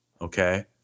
Okay